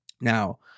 Now